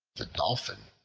the dolphin,